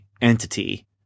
entity